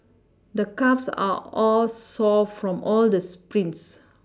the calves are all sore from all the sprints